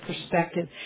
perspective